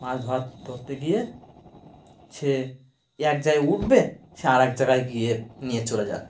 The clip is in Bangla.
মাছ ধরা ধরতে গিয়ে সে এক জায়গায় উঠবে সে আর এক জায়গায় গিয়ে নিয়ে চলে যাবে